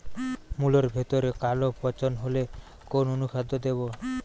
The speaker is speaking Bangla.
মুলোর ভেতরে কালো পচন হলে কোন অনুখাদ্য দেবো?